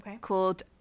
called